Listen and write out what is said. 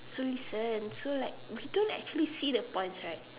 so listen so like we don't actually see the points right